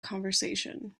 conversation